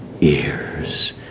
ears